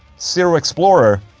zero explorer